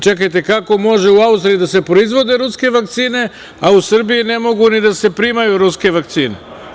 Čekajte, kako može u Austriji da se proizvode ruske vakcine, a u Srbiji ne mogu ni da se primaju ruske vakcine?